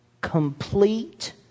Complete